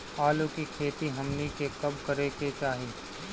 आलू की खेती हमनी के कब करें के चाही?